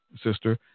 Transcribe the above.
sister